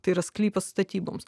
tai yra sklypas statyboms